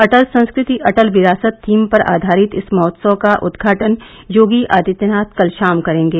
अटल संस्कृति अटल विरासत थीम पर आधारित इस महोत्सव का उदघाटन योगी आदित्यनाथ कल शाम करेंगे